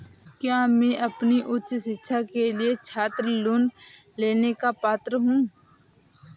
क्या मैं अपनी उच्च शिक्षा के लिए छात्र लोन लेने का पात्र हूँ?